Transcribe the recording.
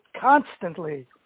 constantly